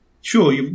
sure